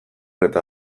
eta